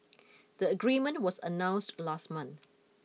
the agreement was announced last month